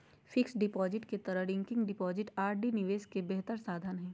fixed deposit के तरह recurring deposit RD निवेश के बेहतर साधन हइ